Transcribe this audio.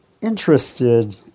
interested